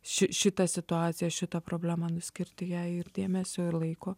ši šitą situaciją šitą problemą nu skirti jai ir dėmesio ir laiko